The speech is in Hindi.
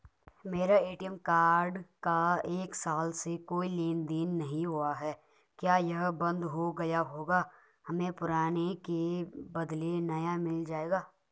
मेरा ए.टी.एम कार्ड का एक साल से कोई लेन देन नहीं हुआ है क्या यह बन्द हो गया होगा हमें पुराने के बदलें नया मिल जाएगा?